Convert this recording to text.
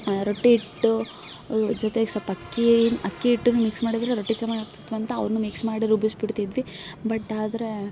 ರೊಟ್ಟಿ ಇಟ್ಟು ಜೊತೆಗೆ ಸೊಪ್ಪು ಅಕ್ಕೀನ ಅಕ್ಕಿ ಹಿಟ್ಟನ್ನು ಮಿಕ್ಸ್ ಮಾಡಿದರೆ ರೊಟ್ಟಿ ಚೆನ್ನಾಗಾಗ್ತಿತ್ತು ಅಂತ ಅವ್ನು ಮಿಕ್ಸ್ ಮಾಡಿ ರುಬ್ಬಿಸ್ಬಿಡ್ತಿದ್ವಿ ಬಟ್ ಆದರೆ